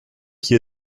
qui